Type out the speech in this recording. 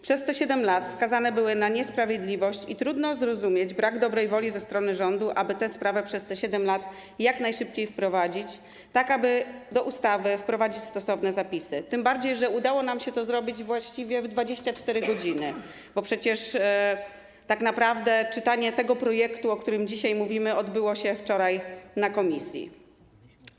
Przez te 7 lat skazane były na niesprawiedliwość i trudno zrozumieć brak dobrej woli ze strony rządu, aby tę sprawę przez te 7 lat jak najszybciej załatwić, tak aby do ustawy wprowadzić stosowne zapisy, tym bardziej że udało nam się to zrobić właściwie w 24 godziny, bo przecież tak naprawdę czytanie tego projektu, o którym dzisiaj mówimy, odbyło się wczoraj na posiedzeniu komisji.